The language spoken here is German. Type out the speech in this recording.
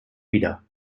wieder